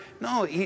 No